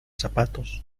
zapatos